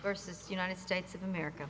versus united states of america